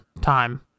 Time